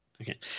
Okay